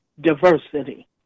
diversity